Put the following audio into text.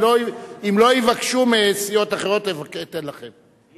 אם לא יבקשו מסיעות אחרות, אתן לכם.